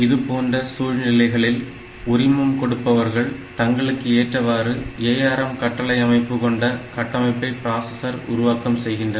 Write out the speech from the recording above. இதுபோன்ற சூழ்நிலைகளில் உரிமம் கொடுப்பவர்கள் தங்களுக்கு ஏற்றவாறு ARM கட்டளை அமைப்பு கொண்ட கட்டமைப்பை ப்ராசசர் உருவாக்கம் செய்கின்றனர்